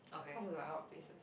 cause is like a lot of places